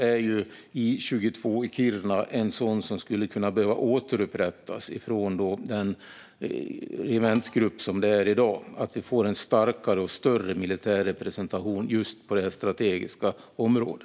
I 22 i Kiruna är en sådan som skulle behöva återupprättas från den regementsgrupp det är i dag, så att vi kan få en starkare och större militär representation i detta strategiska område.